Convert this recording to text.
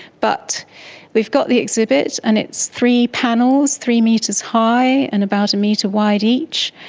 but we've got the exhibit and it's three panels, three metres high and about a metre wide each,